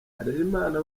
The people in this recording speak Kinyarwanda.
harerimana